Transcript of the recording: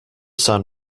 son